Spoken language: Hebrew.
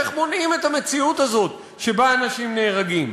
איך מונעים את המציאות הזאת, שבה אנשים נהרגים?